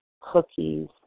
cookies